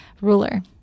ruler